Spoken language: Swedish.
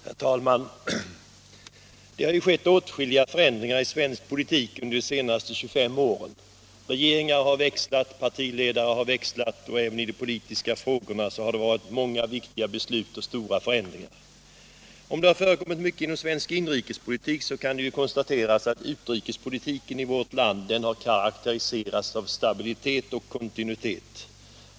Herr talman! Det har skett åtskilliga förändringar i svensk politik under de senaste 25 åren. Regeringar har växlat, partiledare har växlat, och i de politiska frågorna har det fattats många viktiga beslut och skett stora förändringar. Men även om det har förekommit mycket inom svensk inrikespolitik, så kan det konstateras att utrikespolitiken i vårt land har karakteriserats av stabilitet och kontinuitet.